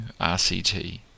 RCT